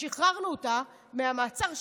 כששחררנו אותה מהמעצר שלה,